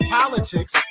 politics